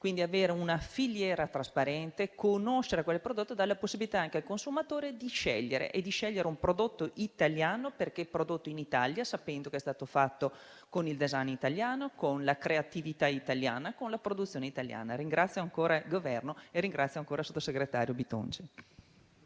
quindi avere una filiera trasparente, conoscere quel prodotto e dare la possibilità al consumatore di scegliere un prodotto italiano, perché prodotto in Italia, sapendo che è stato fatto con il *design* italiano, con la creatività italiana e con la produzione italiana. Ringrazio ancora il Governo e il sottosegretario Bitonci.